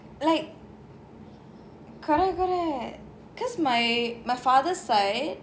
like correct correct cause my my father side